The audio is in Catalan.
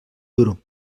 duro